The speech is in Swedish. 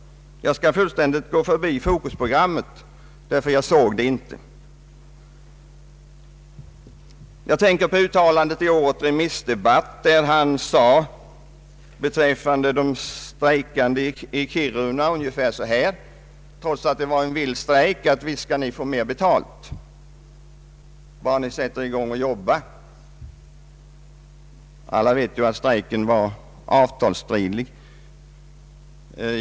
Jag skall fullständigt förbigå de uttalanden han gjorde i TV i ett Fokusprogram, ty jag såg det inte. Jag tänker närmast på det uttalande han gjorde i årets remissdebatt, nämligen att de strejkande i Kiruna skulle få mer betalt bara de satte i gång att arbeta. Alla vet vi att denna strejk var avtalsstridig.